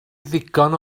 ddigon